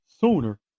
sooner